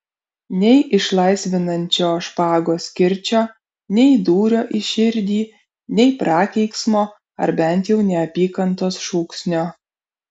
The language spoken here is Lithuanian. nei išlaisvinančio špagos kirčio nei dūrio į širdį nei prakeiksmo ar bent jau neapykantos šūksnio